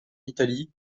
italie